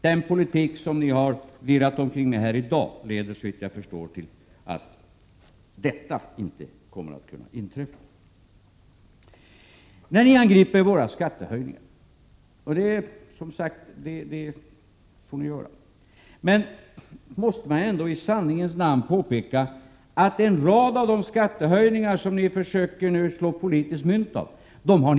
Den politik som ni har virrat omkring med här i dag leder, såvitt jag förstår, till att detta inte kommer att kunna inträffa. När ni angriper våra skattehöjningar — vilket ni naturligtvis får göra — måste man ändå i sanningens namn påpeka att ni själva använder en rad av de skattehöjningar som ni nu försöker slå politiskt mynt av att kritisera.